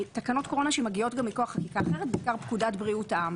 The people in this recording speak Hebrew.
תקנות קורונה שמגיעות מכוח חקיקה אחרת בעיקר פקודת בריאות העם,